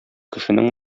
кешенең